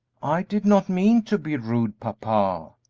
i did not mean to be rude, papa,